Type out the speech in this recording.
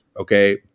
okay